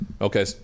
Okay